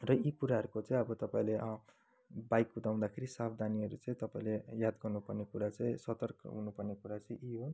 र यी कुराहरूको चाहिँ अब तपाईँले बाइक कुदाउँदाखेरि सावधानीहरू चाहिँ तपाईँले याद गर्नुपर्ने कुरा चाहिँ सतर्क हुनुपर्ने कुरा चाहिँ यी हुन्